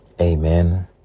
Amen